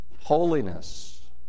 holiness